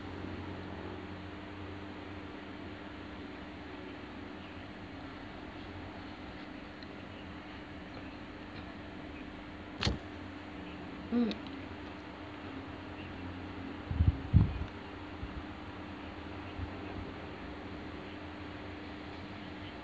mm